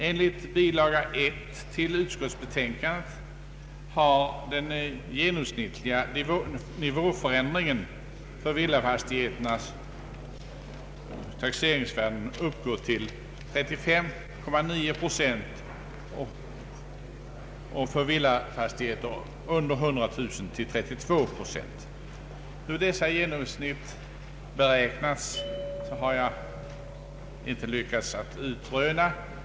Enligt bilaga 1 till utskottets betänkande har den genomsnittliga nivåförändringen för villafastigheternas taxeringsvärden uppgått till 35,9 procent och för villafastigheter med ett taxeringsvärde av mindre än 100 000 kronor till 32 procent. Hur dessa genomsnitt beräknats har jag inte lyckats utröna.